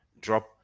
drop